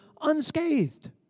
unscathed